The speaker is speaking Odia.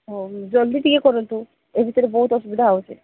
ହଉ ଜଲ୍ଦି ଟିକେ କରନ୍ତୁ ଏ ଭିତରେ ବହୁତ ଅସୁବିଧା ହେଉଛି